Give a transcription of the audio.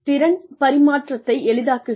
திறன் பரிமாற்றத்தை எளிதாக்குகிறது